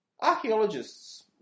Archaeologists